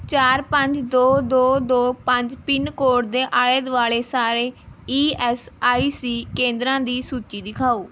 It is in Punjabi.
ਚਾਰ ਪੰਜ ਦੋ ਦੋ ਦੋ ਪੰਜ ਪਿੰਨਕੋਡ ਦੇ ਆਲ਼ੇ ਦੁਆਲ਼ੇ ਸਾਰੇ ਈ ਐੱਸ ਆਈ ਸੀ ਕੇਂਦਰਾਂ ਦੀ ਸੂਚੀ ਦਿਖਾਓ